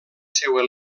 seua